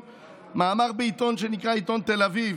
מאמר בעיתון שנקרא עיתון תל אביב.